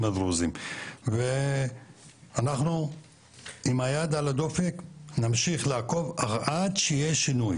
הדרוזים ואנחנו עם היד על הדופק נמשיך לעקוב עד שיהיה שינוי,